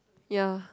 ya